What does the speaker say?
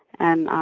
and,